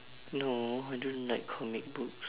no I don't like comic books